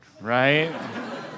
right